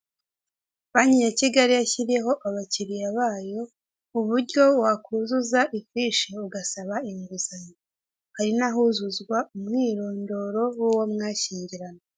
Banki ya Kigali yashyiriyeho abakiriya bayo, uburyo wakuzuza ifishi ugasaba inguzanyo, hari n'ahuzuzwa umwirondoro w'uwo mwashyingiranwe.